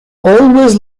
always